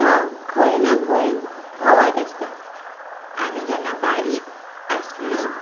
तो खंय ना खंय भोंवत आसता आमी जेन्ना बारीक आसली